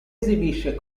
esibisce